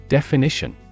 Definition